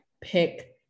pick